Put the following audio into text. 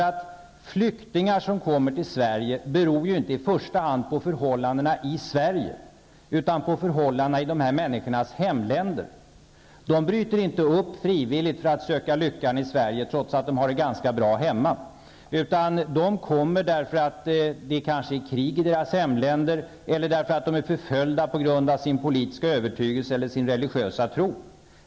Att flyktingar kommer till Sverige beror inte i första hand på förhållandena i Sverige utan på förhållandena i dessa människors hemländer. De bryter inte frivilligt upp för att söka lyckan i Sverige trots att de har det ganska bra hemma. De kommer kanske därför att det krig i deras hemländer eller för att de är förföljda på grund av sin politiska övertygelse eller sin religiösa tro.